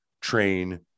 train